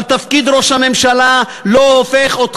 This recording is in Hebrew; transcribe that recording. אבל תפקיד ראש הממשלה לא הופך,